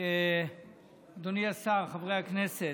אדוני השר, חברי הכנסת,